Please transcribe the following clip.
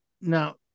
Now